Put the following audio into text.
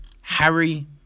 Harry